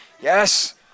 Yes